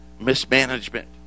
mismanagement